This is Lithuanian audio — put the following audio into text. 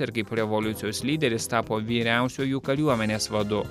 ir kaip revoliucijos lyderis tapo vyriausiuoju kariuomenės vadu